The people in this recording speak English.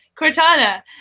Cortana